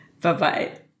Bye-bye